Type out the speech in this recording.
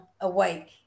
awake